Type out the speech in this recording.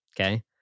Okay